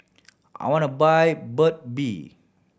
I want buy Burt Bee